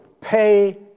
pay